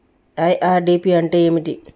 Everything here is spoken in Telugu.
ఐ.ఆర్.డి.పి అంటే ఏమిటి?